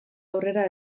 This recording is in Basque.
aurrera